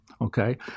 okay